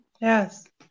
Yes